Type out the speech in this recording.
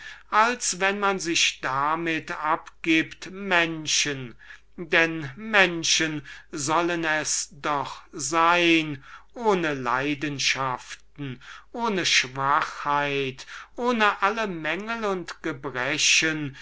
als wenn man sich damit abgibt menschen denn menschen sollen es doch sein ohne leidenschaften ohne schwachheit ohne allen mangel und gebrechen